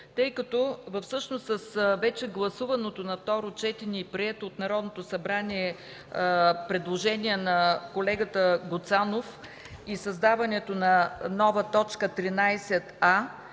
тъй като вече с гласуваното на второ четене и прието от Народното събрание предложение на колегата Гуцанов и създаването на нова т. 13а,